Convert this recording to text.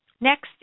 Next